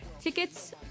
tickets